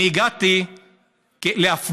אני הגעתי להפגין